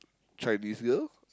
Chinese girl